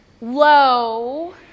low